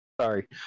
Sorry